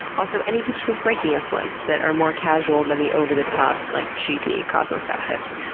also, any tips for breaking a slump that are more casual than the over the top like cheesy cosmo style tips?